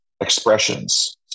expressions